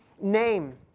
name